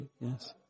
Yes